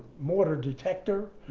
mortar detector,